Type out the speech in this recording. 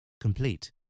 Complete